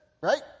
Right